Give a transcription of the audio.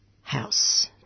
house